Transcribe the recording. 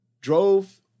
Drove